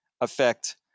affect